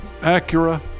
Acura